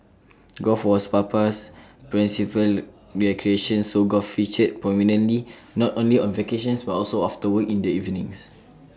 golf was Papa's principal recreation so golf featured prominently not only on vacations but also after work in the evenings